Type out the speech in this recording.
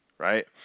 right